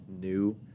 new